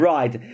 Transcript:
Right